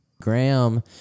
Graham